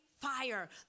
Fire